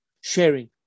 sharing